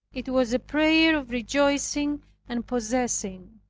it was a prayer of rejoicing and possessing,